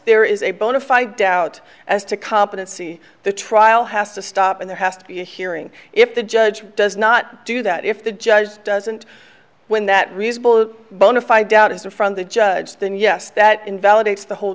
there is a bona fide doubt as to competency the trial has to stop and there has to be a hearing if the judge does not do that if the judge doesn't win that reasonable bonafide doubt is there from the judge then yes that invalidates the whole